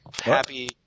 Happy